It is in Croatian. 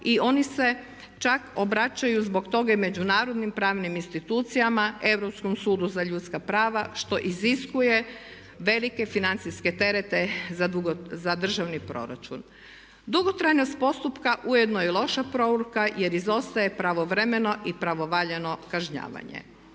i oni se čak obraćaju zbog toga i međunarodnim pravnim institucijama, Europskom sudu za ljudska prava što iziskuje velike financijske terete za državni proračun. Dugotrajnost postupka ujedno je loša poruka jer izostaje pravovremeno i pravovaljano kažnjavanje.